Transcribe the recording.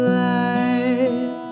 life